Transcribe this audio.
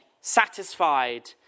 satisfied